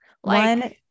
One